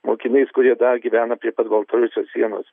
mokiniais kurie dar gyvena prie pat baltarusijos sienos